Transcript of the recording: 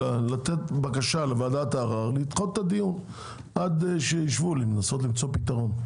אלא לתת בקשה לוועדת הערר לדחות את הדיון עד שישבו לנסות למצוא פתרון.